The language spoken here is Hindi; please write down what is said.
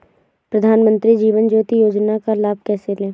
प्रधानमंत्री जीवन ज्योति योजना का लाभ कैसे लें?